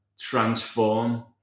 transform